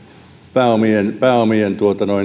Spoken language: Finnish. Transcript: pääomien pääomien